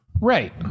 Right